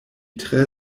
tre